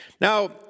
Now